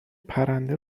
پرنده